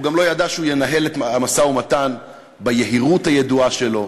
הוא גם לא ידע שהוא ינהל את המשא-ומתן ביהירות הידועה שלו.